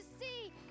see